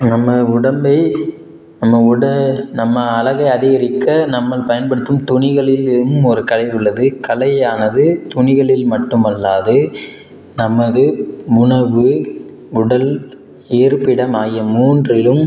நம்ம உடம்பை நம்ம உட நம்ம அழக அதிகரிக்க நம்ம பயன்படுத்தும் துணிகளிலும் ஒரு கலை உள்ளது கலையானது துணிகளில் மட்டும் அல்லாது நமது உணவு உடல் இருப்பிடம் ஆகிய மூன்றையும்